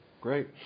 Great